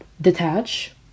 detach